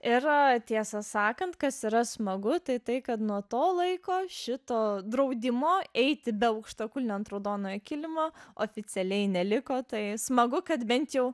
ir tiesą sakant kas yra smagu tai tai kad nuo to laiko šito draudimo eiti be aukštakulnių ant raudonojo kilimo oficialiai neliko tai smagu kad bent jau